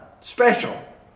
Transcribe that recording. special